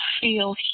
feel